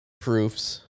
proofs